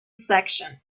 section